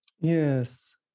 Yes